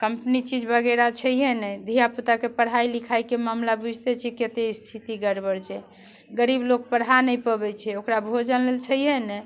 company चीज वगैरा छैहे नहि धियापुताके पढ़ाइ लिखाइके मामिला बुझिते छियै कतेक स्थिति गड़बड़ छै गरीब लोक पढ़ा नहि पबैत छै ओकरा भोजन लेल छैहे नहि